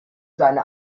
seine